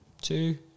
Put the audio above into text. two